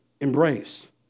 embrace